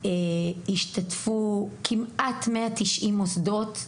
והשתתפו 186 מוסדות,